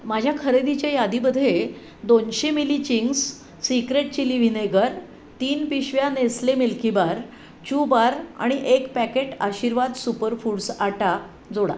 माझ्या खरेदीच्या यादीमध्ये दोनशे मिली चिंग्स सिक्रेट चिली व्हिनेगर तीन पिशव्या नेस्ले मिल्कीबार चू बार आणि एक packet Aashirvaad super foods atta जोडा